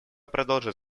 продолжит